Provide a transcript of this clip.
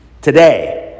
Today